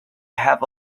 have